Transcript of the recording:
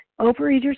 overeaters